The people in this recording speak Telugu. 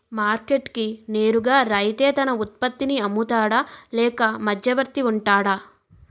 మార్కెట్ కి నేరుగా రైతే తన ఉత్పత్తి నీ అమ్ముతాడ లేక మధ్యవర్తి వుంటాడా?